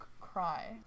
cry